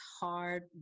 hard